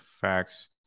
facts